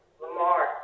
Lamar